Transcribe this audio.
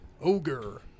Ogre